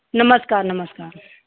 नमस्कार नमस्कार